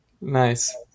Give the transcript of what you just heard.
nice